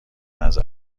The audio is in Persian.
نظر